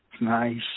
nice